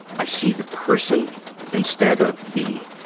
i see the person instead of the